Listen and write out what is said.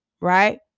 right